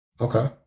Okay